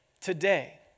Today